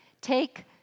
take